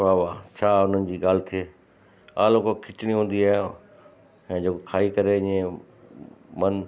वाह वाह छा हुननि जी ॻाल्हि थिए आलौकिक खिचड़ी हूंदी आहे ऐं जेको खाई करे ईअं मन